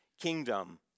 kingdom